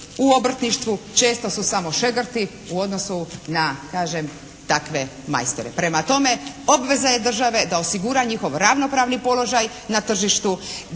u obrtništvu često su samo šegrti u odnosu na kažem takve majstore. Prema tome obveza je države da osigura njihov ravnopravni položaj na tržištu,